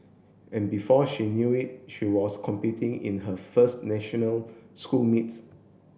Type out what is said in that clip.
and before she knew it she was competing in her first national school meets